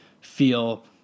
feel